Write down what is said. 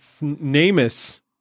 Namus